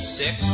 six